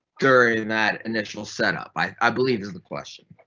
during that initial setup. i i believe is the question.